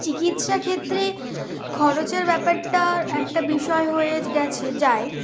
চিকিৎসাক্ষেত্রে খরচের ব্যাপারটা একটা বিষয় হয়ে গেছে যায়